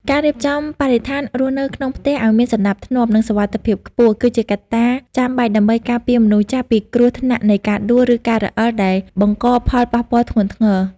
ការរៀបចំបរិស្ថានរស់នៅក្នុងផ្ទះឱ្យមានសណ្តាប់ធ្នាប់ និងសុវត្ថិភាពខ្ពស់ គឺជាកត្តាចាំបាច់ដើម្បីការពារមនុស្សចាស់ពីគ្រោះថ្នាក់នៃការដួល ឬការរអិលដែលបង្កផលប៉ះពាល់ធ្ងន់ធ្ងរ។